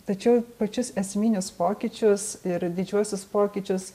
tačiau pačius esminius pokyčius ir didžiuosius pokyčius